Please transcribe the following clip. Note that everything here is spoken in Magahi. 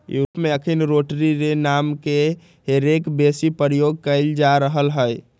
यूरोप में अखनि रोटरी रे नामके हे रेक बेशी प्रयोग कएल जा रहल हइ